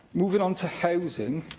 moving on to housing,